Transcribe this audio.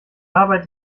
arbeit